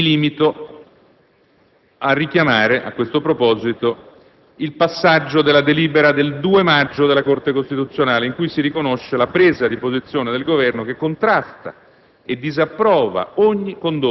Mi limito a richiamare, a questo proposito, il passaggio della delibera del due maggio della Corte costituzionale in cui si riconosce la presa di posizione del Governo che contrasta